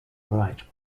right